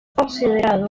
considerado